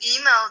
email